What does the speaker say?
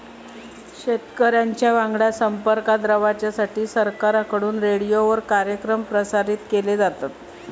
शेतकऱ्यांच्या वांगडा संपर्कात रवाच्यासाठी सरकारकडून रेडीओवर कार्यक्रम प्रसारित केले जातत